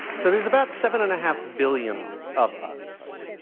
so, there's about seven and a half billion of us.